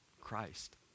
Christ